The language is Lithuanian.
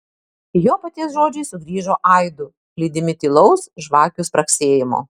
jo paties žodžiai sugrįžo aidu lydimi tylaus žvakių spragsėjimo